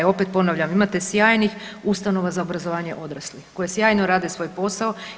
Ja opet ponavljam imate sjajnih ustanova za obrazovanje odraslih koje sjajno rade svoj posao.